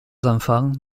enfants